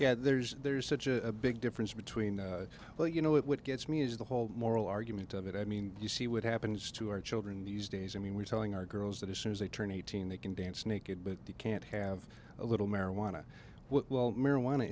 yeah there's there's such a big difference between well you know it what gets me is the whole moral argument of it i mean you see what happens to our children these days i mean we're telling our girls that as soon as they turn eighteen they can dance naked but they can't have a little marijuana marijuana